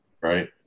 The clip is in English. right